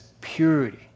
purity